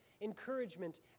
encouragement